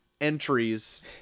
entries